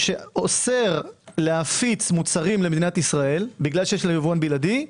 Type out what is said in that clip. שאוסר להפיץ מוצרים למדינת ישראל כי יש לו יבואן בלעדי,